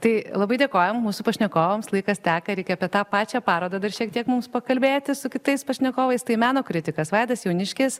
tai labai dėkojam mūsų pašnekovams laikas teka reikia apie tą pačią parodą dar šiek tiek mums pakalbėti su kitais pašnekovais tai meno kritikas vaidas jauniškis